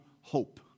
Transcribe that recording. hope